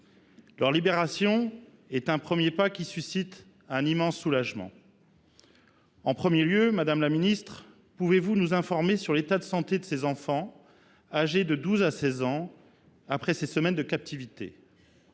Leur libération est un premier pas, qui suscite un immense soulagement. En premier lieu, madame la ministre, pouvez vous nous informer sur l’état de santé de ces enfants, âgés de 12 à 16 ans, après des semaines de captivité ?